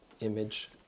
image